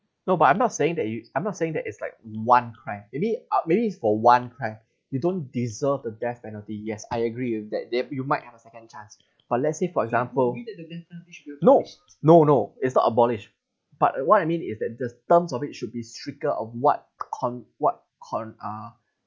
no but I'm not saying that you I'm not saying that it's like one crime maybe maybe it's for one crime you don't deserve the death penalty yes I agree with you that there you might have a second chance but let's say for example no no no it's not abolished but what I mean is that just terms of it should be stricken of what con~ what con~ uh